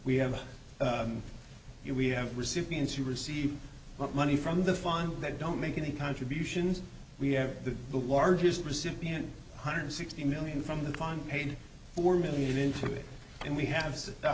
we have here we have recipients who receive money from the fund that don't make any contributions we have the the largest recipient one hundred sixty million from the final paid four million into it and we have